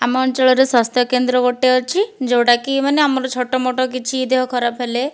ଆମ ଅଞ୍ଚଳରେ ସ୍ୱାସ୍ଥ୍ୟ କେନ୍ଦ୍ର ଗୋଟିଏ ଅଛି ଯେଉଁଟାକି ମାନେ ଆମର ଛୋଟ ମୋଟ କିଛି ଦେହ ଖରାପ ହେଲେ